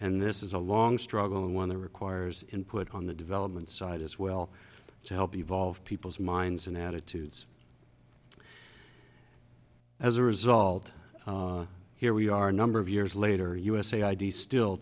and this is a long struggle and one that requires input on the development side as well to help evolve people's minds and attitudes as a result here we are a number of years later usa id still